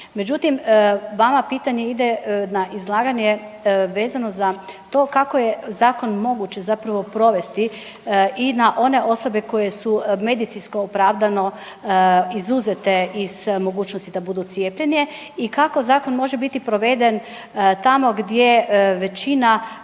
Međutim, vama pitanje ide na izlaganje vezano za to kako je zakon moguće zapravo provesti i na one osobe koje su medicinsko opravdano izuzete iz mogućnosti da budu cijepljene i kako zakon može biti proveden tamo gdje većina